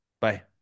Bye